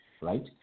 right